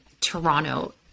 Toronto-